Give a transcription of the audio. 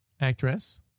Actress